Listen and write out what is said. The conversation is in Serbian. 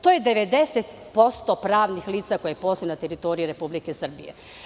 To je 90% pravnih lica koja postoje na teritoriji Republike Srbije.